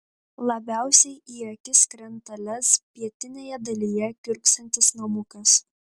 labiausiai į akis krenta lez pietinėje dalyje kiurksantis namukas